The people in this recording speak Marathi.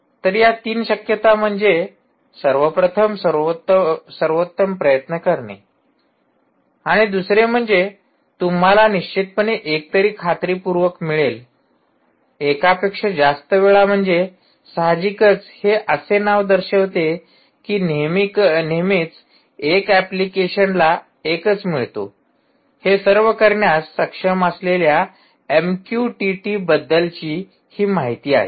तर या तीन शक्यता म्हणजे सर्व प्रथम सर्वोत्तम प्रयत्न करणे आणि दुसरे म्हणजे तुम्हाला निश्चितपणे एक तरी खात्रीपूर्वक मिळेल एकापेक्षा जास्त वेळा म्हणजे साहजिकच हे असे नाव दर्शविते की नेहमीच एक ऐप्लिकेशनला एकच मिळतो हे सर्व करण्यास सक्षम असलेल्या एमक्यूटीटीबद्दलची हि माहिती आहे